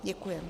Děkuji.